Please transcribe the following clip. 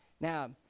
now